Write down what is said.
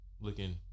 Looking